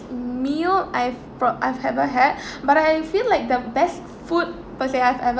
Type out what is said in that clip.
meal I've bro~ I've ever had but I feel like the best food per se I've ev~